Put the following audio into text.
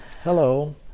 Hello